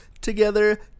together